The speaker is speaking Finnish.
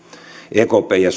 ekp ja